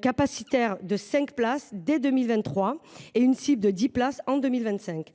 capacité de cinq places dès 2023 et une cible de dix places en 2025